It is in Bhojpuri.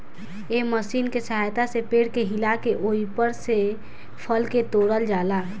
एह मशीन के सहायता से पेड़ के हिला के ओइपर से फल के तोड़ल जाला